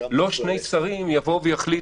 לא שני שרים יבואו ויחליטו.